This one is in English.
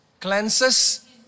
cleanses